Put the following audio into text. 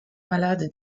malade